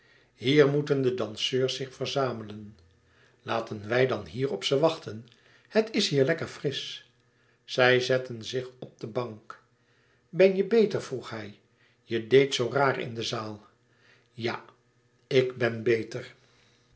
hier moeten de danseurs zich verzamelen laten wij dan hier op ze wachten het is hier lekker frisch zij zetten zich op de bank ben je beter vroeg hij je deedt zoo raar in de zaal ja ik ben beter